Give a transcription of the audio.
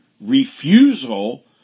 refusal